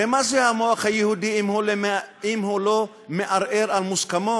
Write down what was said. הרי מה זה המוח היהודי אם הוא לא מערער על מוסכמות?